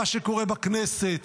של מה שקורה בכנסת,